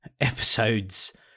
episodes